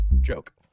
joke